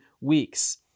weeks